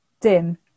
dim